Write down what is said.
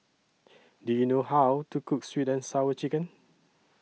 Do YOU know How to Cook Sweet and Sour Chicken